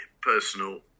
personal